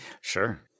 Sure